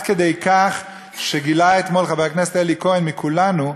עד כדי כך שגילה אתמול חבר הכנסת אלי כהן מכולנו,